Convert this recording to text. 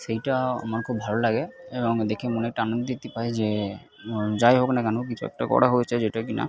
সেইটা আমার খুব ভালো লাগে এবং দেখে মনে একটা আনন্দ পাই যে যাই হোক না কেন কিছু একটা করা হয়েছে যেটা কি না